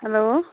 hello